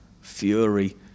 fury